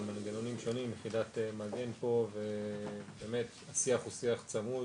אבל במנגנונים שונים יחידת מגן פה ובאמת השיח הוא שיח צמוד,